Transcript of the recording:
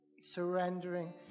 surrendering